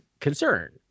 concern